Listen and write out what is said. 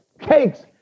cakes